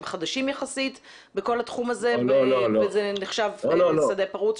חדשים יחסית בכל התחום הזה וזה הנחשב שדה פרוץ.